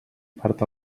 part